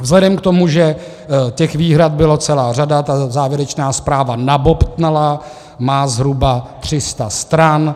Vzhledem k tomu, že těch výhrad byla celá řada, závěrečná zpráva nabobtnala, má zhruba 300 stran.